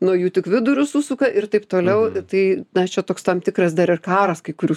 nuo jų tik vidurius susuka ir taip toliau tai na čia toks tam tikras dar ir karas kai kurių